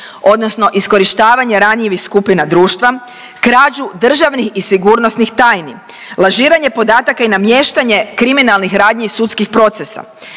odnosno iskorištavanje ranjivih skupina društva, krađu državnih i sigurnosnih tajni, lažiranje podataka i namještanje kriminalnih radnji iz sudskih procesa,